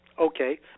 Okay